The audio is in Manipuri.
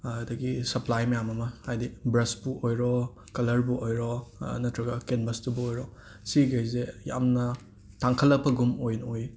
ꯑꯗꯒꯤ ꯁꯄ꯭ꯂꯥꯏ ꯃꯌꯥꯝ ꯑꯃ ꯍꯥꯏꯗꯤ ꯕ꯭ꯔꯁꯄꯨ ꯑꯣꯏꯔꯣ ꯀꯂꯔꯕꯨ ꯑꯣꯏꯔꯣ ꯅꯇ꯭ꯔꯒ ꯀꯦꯟꯕꯁꯇꯕꯨ ꯑꯣꯏꯔꯣ ꯁꯤꯒꯩꯁꯦ ꯌꯥꯝꯅ ꯇꯥꯡꯈꯠꯂꯛꯄꯒꯨꯝ ꯑꯣꯏꯅ ꯎꯏ